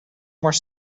more